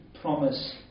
promise